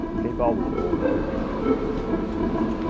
keep hold of the bore guide and pull it towards and